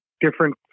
different